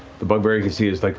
the bugbear you can see is like